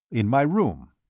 in my room.